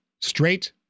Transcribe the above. straight